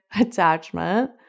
attachment